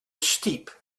steep